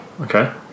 Okay